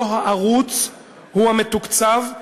לא הערוץ הוא המתוקצב,